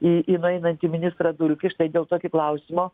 į į nueinantį ministrą dulkį štai dėl tokio klausimo